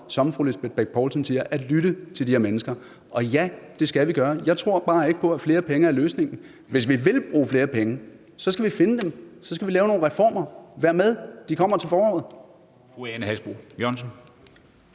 som fru Lisbeth Bech Poulsen siger, at lytte til de her mennesker. Og ja, det skal vi gøre. Jeg tror bare ikke på, at flere penge er løsningen. Hvis vi vil bruge flere penge, skal vi finde dem; så skal vi lave nogle reformer. Vær med – de kommer til foråret. Kl. 13:29 Første